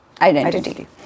identity